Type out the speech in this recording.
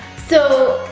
so,